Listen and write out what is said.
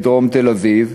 בדרום תל-אביב,